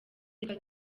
reka